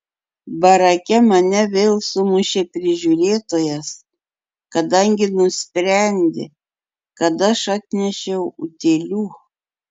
barake mane vėl sumušė prižiūrėtojas kadangi nusprendė kad aš atnešiau utėlių